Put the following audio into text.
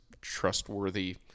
trustworthy